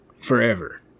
Forever